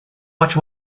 much